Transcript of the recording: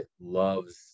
loves